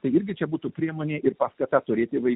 tai irgi čia būtų priemonė ir ir paskatai turėti vai